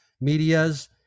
medias